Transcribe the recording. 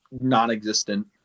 non-existent